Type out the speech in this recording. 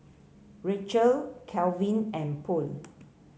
Rachel Kalvin and Purl